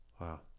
Wow